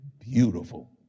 beautiful